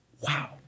Wow